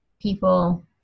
people